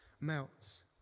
melts